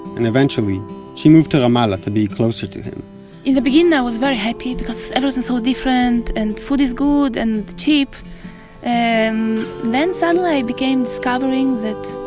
and eventually she moved to ramallah to be closer to him in the beginning i was very happy because everything's so different and food is good and cheap and cheap. then suddenly i became discovering that